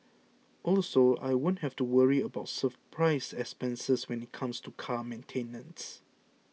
also I won't have to worry about surprise expenses when it comes to car maintenance